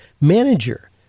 manager